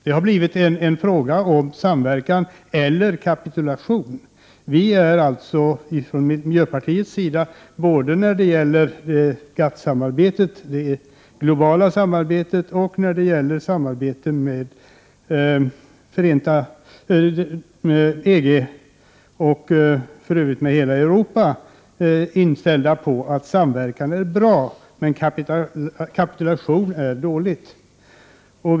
Det har blivit en fråga om samverkan eller kapitulation. Vi är alltså från miljöpartiets sida både när det gäller GATT-samarbetet, det globala samarbetet, och när det gäller samarbetet med EG -— och för övrigt med hela Europa — inställda på att samverkan är bra men att kapitulation är någonting dåligt.